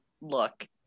look